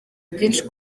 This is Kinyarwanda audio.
byinshi